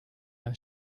then